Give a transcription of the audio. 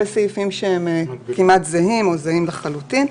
סעיפים שהם כמעט זהים או זהים לחלוטין.